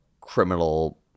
criminal